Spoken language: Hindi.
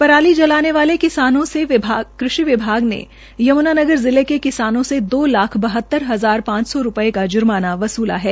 पराली जलाने वाले किसानों से कृषि विभाग ने यमुनानगर जिले के किसानोंसे दो लाख बहतर हजार पांच सौ रूपये का ज्माना वसूला है